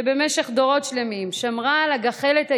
שבמשך דורות שלמים שמרה על הגחלת היהודית,